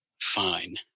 Fine